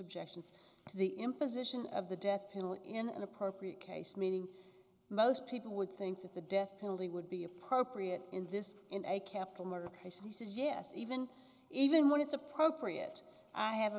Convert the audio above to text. objections to the imposition of the death penalty in an appropriate case meaning most people would think that the death penalty would be appropriate in this in a capital murder case and he says yes even even when it's appropriate i have